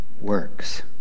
works